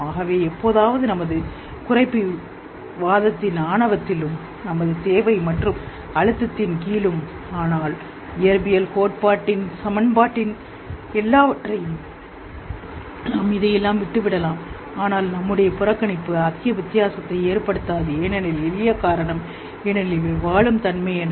ஆகவே எப்போதாவது நமது குறைப்புவாதத்தின் ஆணவத்திலும் நமது தேவை மற்றும் அழுத்தத்தின் கீழும் ஆனால் இயற்பியல் கோட்பாட்டின் சமன்பாட்டின் எல்லாவற்றையும் நாம் இதையெல்லாம் துலக்குகிறோம் ஆனால் நம்முடைய துலக்குதல் அதிக வித்தியாசத்தை ஏற்படுத்தாது ஏனெனில் எளிய காரணம் ஏனெனில் இவை விஷயங்கள் உள்ளன